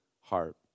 heart